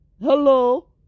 Hello